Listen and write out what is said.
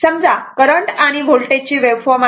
समजा करंट आणि व्होल्टेजची वेव्हफॉर्म आहे